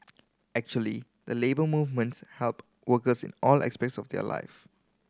actually the Labour Movements help workers in all aspects of their life